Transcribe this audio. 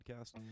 podcast